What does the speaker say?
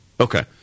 Okay